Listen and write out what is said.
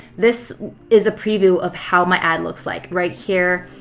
this is a preview of how my ad looks like. right here,